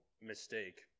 mistake